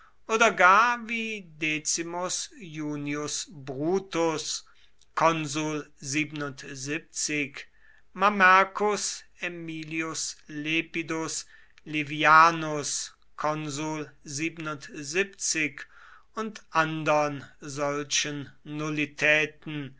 oder gar wie decimus iunius brutus mamercus aemilius lepidus livius und andern solchen nullitäten